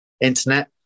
internet